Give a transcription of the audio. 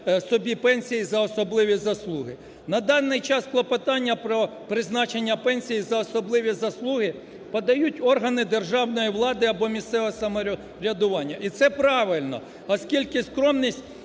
собі пенсії за особливі заслуги. На даний час клопотання про призначення пенсії за особливі заслуги подають органи державної влади або місцевого самоврядування і це правильно, оскільки скромність